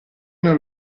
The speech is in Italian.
non